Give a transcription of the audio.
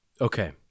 okay